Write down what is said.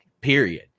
period